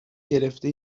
گرفته